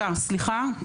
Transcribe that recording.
שישה, סליחה.